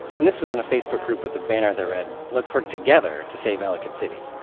and this was in a facebook group with a banner that read, let's work together to save ellicott city.